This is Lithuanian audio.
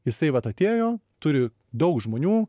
jisai vat atėjo turi daug žmonių